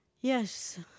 Yes